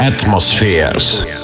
atmospheres